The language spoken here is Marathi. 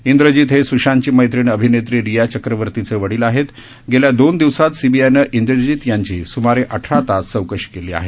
इंद्रजीत हे सुशांतची मैत्रीण अभिनेत्री रिया चक्रवर्तीचे वडील आहेत गेल्या दोन दिवसांत सीबीआयनं इंद्रजीत यांची सुमारे अठरा तास चौकशी केली आहे